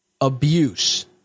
abuse